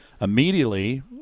immediately